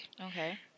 Okay